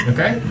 Okay